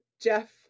Jeff